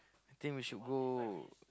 I think we should go